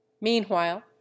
meanwhile